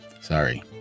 sorry